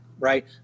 Right